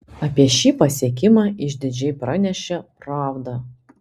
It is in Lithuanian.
apie šį pasiekimą išdidžiai pranešė pravda